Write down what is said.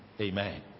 Amen